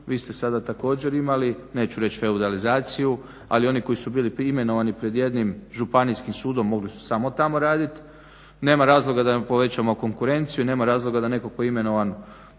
Vi ste sada također imali neću reći feudalizaciju, ali oni koji su bili imenovani pred jednim Županijskim sudom mogli su samo tamo radit. Nema razloga da vam povećamo konkurenciju i nema razloga da netko tko je imenovan